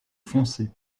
foncé